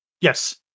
Yes